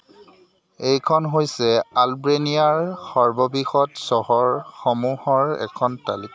এইখন হৈছে আলবেনিয়াৰ সৰ্ববৃহৎ চহৰসমূহৰ এখন তালিকা